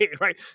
right